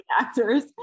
actors